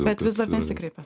bet vis dar nesikreipėt